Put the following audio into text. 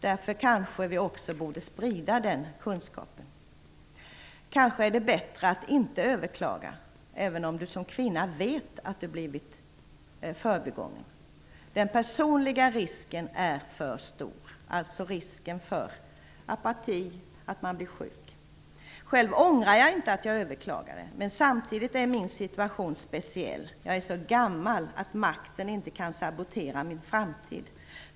Därför kanske vi också borde sprida den kunskapen. Kanske är det bättre att inte överklaga, även om du som kvinna vet att du blivit förbigången. Den personliga risken är för stor -- alltså risken för apati, att man blir sjuk. Själv ångrar jag inte att jag överklagade. Men samtidigt är min situation speciell: Jag är så gammal att makten inte kan sabotera min framtid.